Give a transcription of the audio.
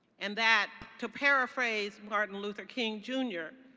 and that, to paraphrase martin luther king jr,